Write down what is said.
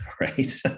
right